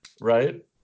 right